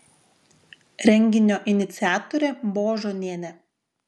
renginio iniciatorė božonienė